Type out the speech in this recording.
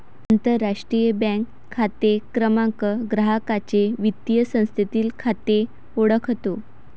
आंतरराष्ट्रीय बँक खाते क्रमांक ग्राहकाचे वित्तीय संस्थेतील खाते ओळखतो